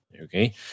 Okay